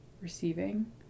receiving